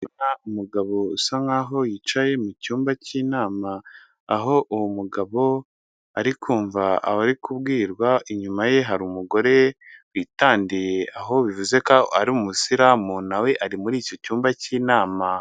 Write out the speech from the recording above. Umugabo usa nk'aho yicaye mu cyumba cy'inama, aho uwo mugabo ari kumva abari kubwirwa, inyuma ye hari umugore witandiye aho bivuze ko ari umusiramu, na we ari muri icyi cyumba cy'inama.